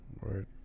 Right